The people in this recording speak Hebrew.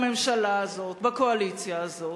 בממשלה הזאת, בקואליציה הזאת.